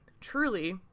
truly